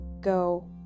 go